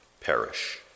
perish